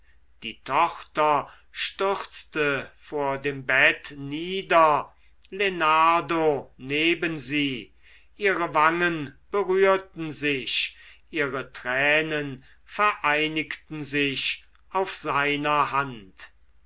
die tochter stürzte vor dem bett nieder lenardo neben sie ihre wangen berührten sich ihre tränen vereinigten sich auf seiner hand